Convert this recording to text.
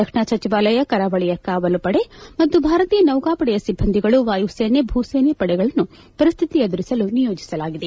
ರಕ್ಷಣಾ ಸಚಿವಾಲಯ ಕರಾವಳಿಯ ಕಾವಲು ಪಡೆ ಮತ್ತು ಭಾರತೀಯ ನೌಕಾಪಡೆಯ ಸಿಬ್ಬಂದಿಗಳು ವಾಯುಸೇನೆ ಭೂಸೇನೆ ಪಡೆಗಳನ್ನು ಪರಿಸ್ಥಿತಿ ಎದುರಿಸಲು ನಿಯೋಜಿಸಲಾಗಿದೆ